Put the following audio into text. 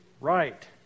right